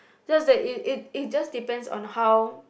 just that it it it just depends on how